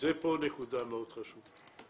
זו נקודה חשובה מאוד.